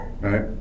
Right